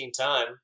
time